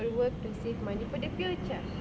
will work to save money for the future